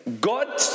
God